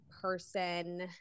person